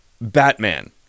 Batman